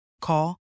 Call